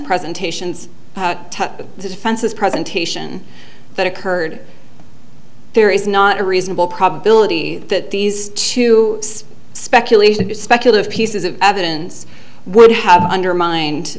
presentations defenses presentation that occurred there is not a reasonable probability that these two speculation speculative pieces of evidence would have undermined